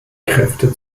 kräfte